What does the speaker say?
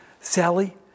Sally